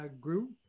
group